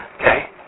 okay